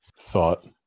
thought